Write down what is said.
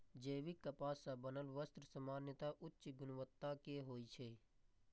जैविक कपास सं बनल वस्त्र सामान्यतः उच्च गुणवत्ता के होइ छै